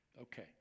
Okay